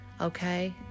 okay